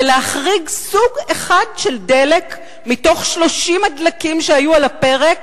בלהחריג סוג אחד של דלק מתוך 30 הדלקים שהיו על הפרק,